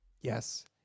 yes